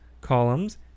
columns